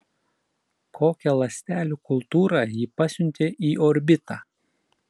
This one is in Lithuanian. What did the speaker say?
kokią ląstelių kultūrą ji pasiuntė į orbitą